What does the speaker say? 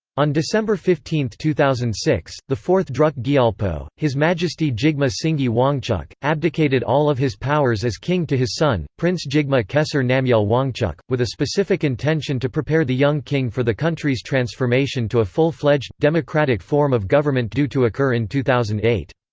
on december fifteen, two thousand and six, the fourth druk gyalpo, his majesty jigme singye wangchuck, abdicated all of his powers as king to his son, prince jigme khesar namgyel wangchuck, with a specific intention to prepare the young king for the country's transformation to a full-fledged, democratic form of government due to occur in two thousand and eight.